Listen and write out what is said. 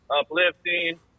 uplifting